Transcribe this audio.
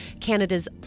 Canada's